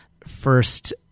first